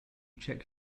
check